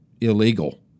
illegal